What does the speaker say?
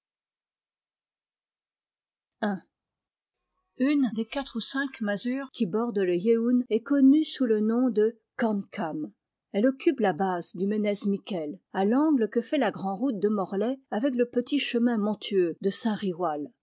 une des quatre ou cinq masures qui bordent le yeun est connue sous le nom de corn cam elle occupe la base du ménez mikêl à l'angle que fait la grand'route de morlaix avec le petit chemin montueux de